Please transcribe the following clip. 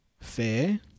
fair